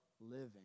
living